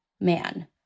man